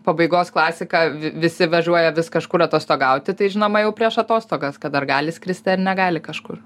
pabaigos klasika visi važiuoja vis kažkur atostogauti tai žinoma jau prieš atostogas kad ar gali skristi ar negali kažkur